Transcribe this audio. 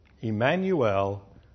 Emmanuel